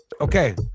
Okay